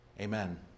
Amen